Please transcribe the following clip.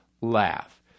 laugh